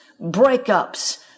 breakups